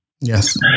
Yes